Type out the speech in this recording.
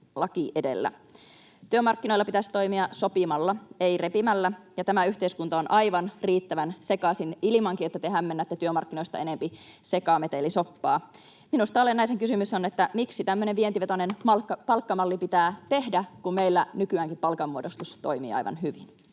laki edellä. Työmarkkinoilla pitäisi toimia sopimalla, ei repimällä. Tämä yhteiskunta on aivan riittävän sekaisin, ilman että te hämmennätte työmarkkinoista enempi sekametelisoppaa. Minusta olennaisin kysymys on, miksi tämmöinen vientivetoinen palkkamalli pitää tehdä, kun meillä nykyäänkin palkanmuodostus toimii aivan hyvin.